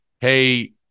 Hey